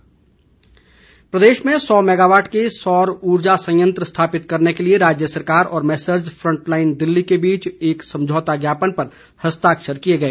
MOU प्रदेश में सौ मेगावॉट के सौर उर्जा संयंत्र स्थापित करने के लिए राज्य सरकार और मैसर्ज फ्रंटलाईन दिल्ली के बीच एक संमझोता ज्ञापन पर हस्ताक्षर किए गए